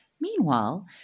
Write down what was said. Meanwhile